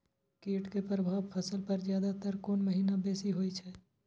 कीट के प्रभाव फसल पर ज्यादा तर कोन महीना बेसी होई छै?